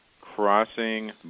crossing